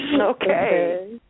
Okay